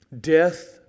death